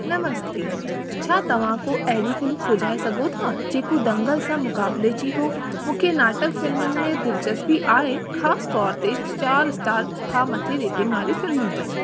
नमस्ते छा तव्हां को अहिड़ी फिल्म सुझाए सघो था जेको दंगल सां मुक़ाबिले जी हो मूंखे नाटक फ़िल्मुनि में दिलिचस्पी आहे ख़ासितौर ते चार स्टार खां मथे रेटिंग वारी फ़िल्मुनि में